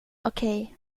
okej